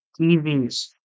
TVs